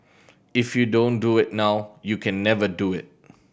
if you don't do it now you can never do it